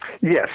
Yes